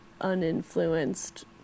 uninfluenced